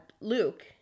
Luke